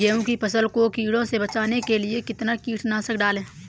गेहूँ की फसल को कीड़ों से बचाने के लिए कितना कीटनाशक डालें?